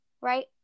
right